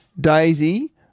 Daisy